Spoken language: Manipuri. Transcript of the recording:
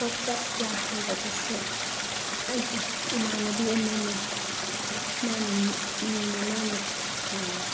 ꯐꯣꯠꯄ ꯀꯌꯥ ꯍꯩꯔꯕꯁꯨ ꯑꯩꯒꯤ ꯏꯃꯥꯟꯅꯕꯤ ꯑꯃꯅ ꯃꯥꯅ ꯅꯣꯡꯃ ꯃꯥꯅ